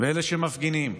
ואלה שמפגינים,